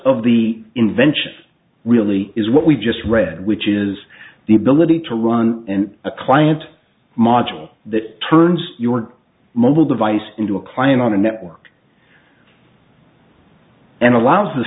of the invention really is what we just read which is the ability to run and a client module that turns your mobile device into a client on a network and allows